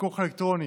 פיקוח אלקטרוני